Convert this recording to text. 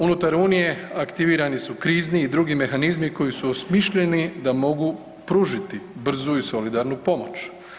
Unutar unije aktivirani su krizni i drugi mehanizmi koji su osmišljeni da mogu pružiti brzu i solidarnu pomoć.